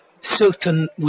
certain